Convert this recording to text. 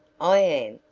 i am,